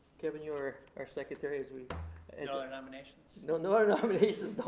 kevin, you are our secretary as we and no other nominations? no, no other nominations, no.